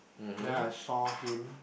then I saw him